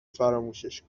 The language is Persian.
فراموشش